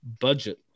budget